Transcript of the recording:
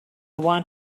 want